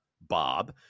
Bob